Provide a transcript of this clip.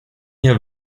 here